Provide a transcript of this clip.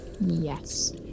Yes